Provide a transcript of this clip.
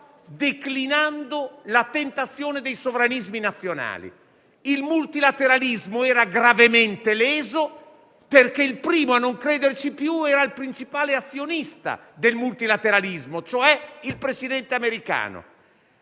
declinando la tentazione dei sovranismi nazionali. Il multilateralismo era gravemente leso, perché il primo a non crederci più era il principale azionista del multilateralismo, cioè il Presidente americano.